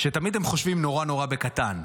היא שתמיד הם חושבים נורא נורא בקטן.